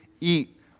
eat